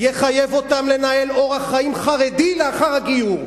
יחייב אותם לנהל אורח חיים חרדי לאחר הגיור.